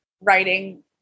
writing